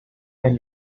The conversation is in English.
can